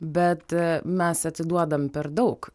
bet mes atiduodam per daug